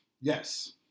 Yes